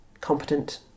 competent